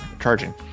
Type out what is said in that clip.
charging